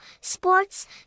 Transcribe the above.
sports